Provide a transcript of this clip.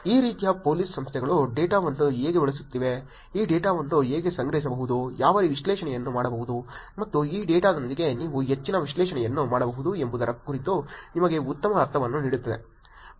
ಈ ರೀತಿಯ ಪೋಲೀಸ್ ಸಂಸ್ಥೆಗಳು ಡೇಟಾವನ್ನು ಹೇಗೆ ಬಳಸುತ್ತಿವೆ ಈ ಡೇಟಾವನ್ನು ಹೇಗೆ ಸಂಗ್ರಹಿಸಬಹುದು ಯಾವ ವಿಶ್ಲೇಷಣೆಯನ್ನು ಮಾಡಬಹುದು ಮತ್ತು ಈ ಡೇಟಾದೊಂದಿಗೆ ನೀವು ಹೆಚ್ಚಿನ ವಿಶ್ಲೇಷಣೆಯನ್ನು ಮಾಡಬಹುದು ಎಂಬುದರ ಕುರಿತು ನಿಮಗೆ ಉತ್ತಮ ಅರ್ಥವನ್ನು ನೀಡುತ್ತದೆ